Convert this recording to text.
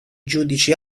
giudici